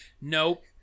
nope